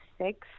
six